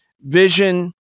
vision